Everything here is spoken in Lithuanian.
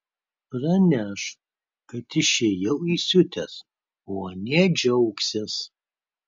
praneš kad išėjau įsiutęs o anie džiaugsis